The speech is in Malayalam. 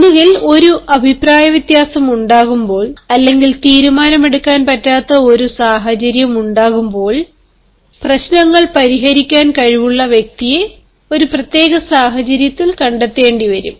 ഒന്നുകിൽ ഒരു അഭിപ്രായവ്യത്യാസം ഉണ്ടാകുമ്പോൾ അല്ലെങ്കിൽ തീരുമാനമെടുക്കാൻ പറ്റാത്ത ഒരു സാഹചര്യമുണ്ടാകുമ്പോൾ പ്രശ്നങ്ങൾ പരിഹരിക്കാൻ കഴിവുള്ള വ്യക്തിയെ ഒരു പ്രത്യേക സാഹചര്യത്തിൽ കണ്ടെത്തേണ്ടിവരും